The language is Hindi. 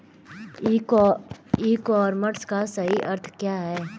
ई कॉमर्स का सही अर्थ क्या है?